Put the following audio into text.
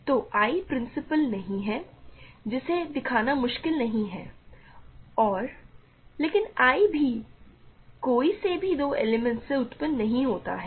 तो I principal नहीं है जिसे दिखाना मुश्किल नहीं है और लेकिन I भी कोई से भी 2 एलिमेंट्स से उत्पन्न नहीं होता है